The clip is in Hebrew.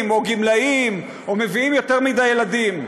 או גמלאים או מביאים יותר מדי ילדים.